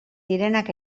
direnak